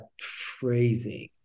phrasing